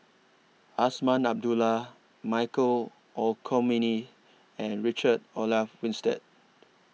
Azman Abdullah Michael Olcomendy and Richard Olaf Winstedt